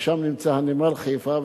ושם נמצא נמל חיפה,